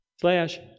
slash